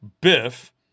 Biff